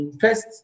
first